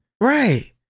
Right